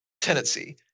tenancy